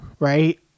right